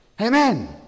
Amen